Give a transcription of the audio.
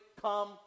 come